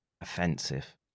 offensive